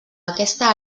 aquesta